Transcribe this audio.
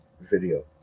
video